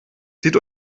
zieht